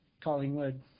Collingwood